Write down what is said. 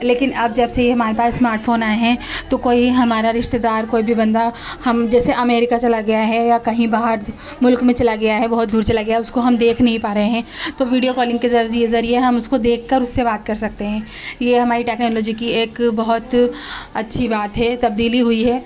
لیکن اب جب سے ہمارے پاس اسمارٹ فون آئے ہیں تو کوئی ہمارا رشتہ دار کوئی بھی بندہ ہم جیسے امیریکا چلا گیا ہے یا کہیں باہر ملک میں چلا گیا ہے بہت دور چلا گیا ہے اس کو ہم دیکھ نہیں پا رہے ہیں تو ویڈیو کالنگ کے ذریعے ہم اس کو دیکھ کر اس سے بات کر سکتے ہیں یہ ہماری ٹکنالوجی کی ایک بہت اچھی بات ہے تبدیلی ہوئی ہے